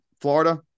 Florida